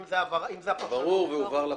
אם זה ברור שזאת הפרשנות -- ברור והובהר לפרוטוקול.